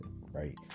Right